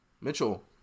Mitchell